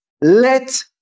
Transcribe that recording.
let